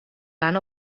van